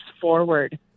forward